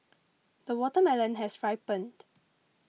the watermelon has ripened